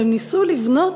והם ניסו לבנות